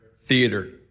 Theater